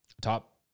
Top